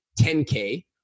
10K